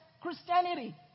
Christianity